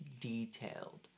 detailed